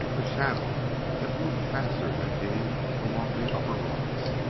a shadow that moved faster than he along the upper rocks.